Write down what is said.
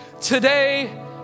today